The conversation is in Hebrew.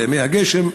בימי הגשם.